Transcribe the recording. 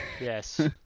Yes